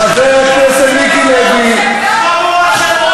חבר הכנסת מיקי לוי, חבורה של בוגדים.